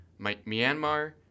Myanmar